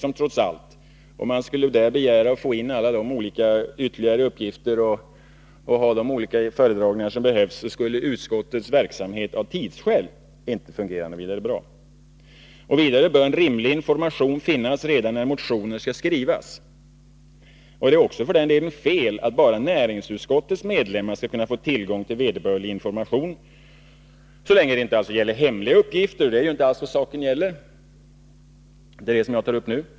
Om man i utskottet skulle begära att få de ytterligare uppgifter och föredragningar som behövdes, så skulle utskottet av tidsskäl inte kunna bedriva en särskilt väl fungerande verksamhet. Vidare bör rimlig information finnas redan när motioner skall skrivas. Det är för den delen också fel att bara näringsutskottets medlemmar skall kunna få tillgång till vederbörlig information, så länge det inte gäller hemliga uppgifter, och det är inte vad saken nu gäller.